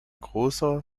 großer